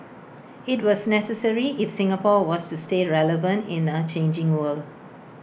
IT was necessary if Singapore was to stay relevant in A changing world